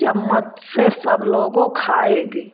चम्मच से सब लोगों खाएगी